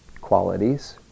qualities